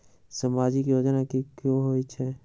समाजिक योजना की होई छई?